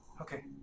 Okay